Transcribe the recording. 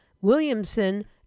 Williamson